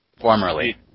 Formerly